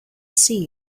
see